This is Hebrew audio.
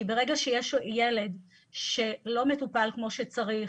כי ברגע שיש ילד שלא מטופל כמו שצריך,